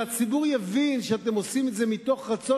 שהציבור יבין שאתם עושים את זה מתוך רצון